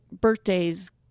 birthdays